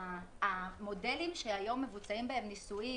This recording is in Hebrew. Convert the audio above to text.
המודלים שהיום מבוצעים בהם ניסויים